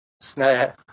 snare